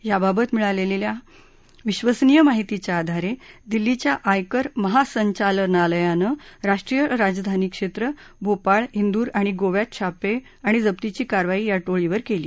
याबाबत मिळालेल्या विश्वसनीय माहितीच्या आधारे दिल्लीच्या आयकर महासंचालनालयानं राष्ट्रीय राजधानी क्षेत्र भोपाळ वि्रू आणि गोव्यात छापे आणि जप्तीची कारवाई या टोळीवर केली